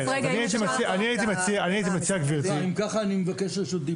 אם ככה אני מבקש רשות דיבור.